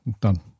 Done